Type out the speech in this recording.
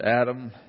Adam